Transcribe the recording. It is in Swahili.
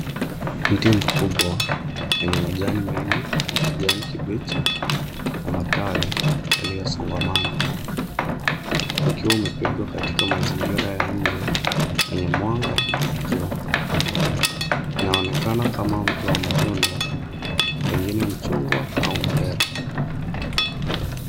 Mti mkubwa wenye majani mengi ya kijani kibichi na matawi yaliyosongamana ukiwa umepigwa katika mazingira ya nje yenye mwanga na jua. Inaonekana kama mti wa matunda pengine mchungwa au mpera.